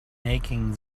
making